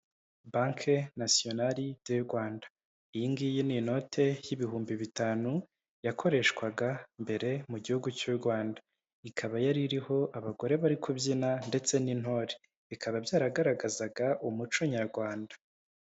Banki nasiyonali de Rwanda, iyi ngiyi ni inote y'ibihumbi bitanu yakoreshwaga mbere mu gihugu cy'u Rwanda. Ikaba yari iriho abagore bari kubyina ndetse n'intore, bikaba byaragaragazaga umuco nyarwanda.